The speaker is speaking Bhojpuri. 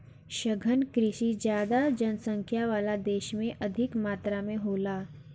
सघन कृषि ज्यादा जनसंख्या वाला देश में अधिक मात्रा में होला